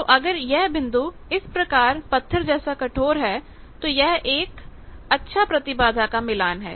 तो अगर यह बिंदु इस प्रकार पत्थर जैसा कठोर है तो यह एक अच्छा प्रतिबाधा का मिलान है